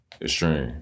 extreme